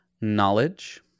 Knowledge